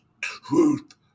truth